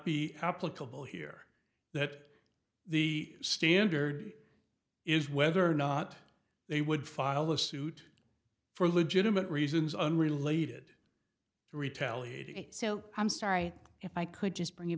be applicable here that the standard is whether or not they would file a suit for legitimate reasons unrelated to retaliate and so i'm sorry if i could just bring